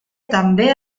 també